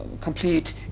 complete